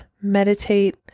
meditate